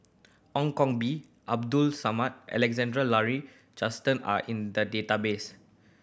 Ong Koh Bee Abdul Samad Alexander Laurie Johnston are in the database